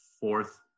fourth